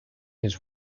his